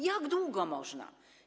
Jak długo można?